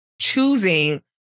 choosing